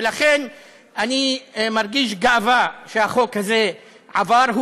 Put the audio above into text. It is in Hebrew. ולכן, אני מרגיש גאווה שהחוק הזה עבר.